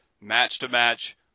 match-to-match